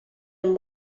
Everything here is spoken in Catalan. amb